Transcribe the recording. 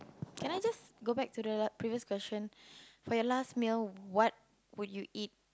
can I just go back to the previous question while last meal what would you eat